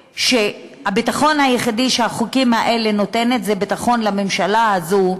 הביטחון היחידי שהחוקים האלה נותנים זה הביטחון לממשלה הזאת,